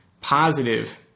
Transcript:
positive